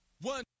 one